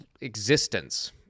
existence